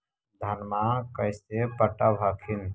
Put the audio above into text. धन्मा कैसे पटब हखिन?